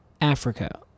Africa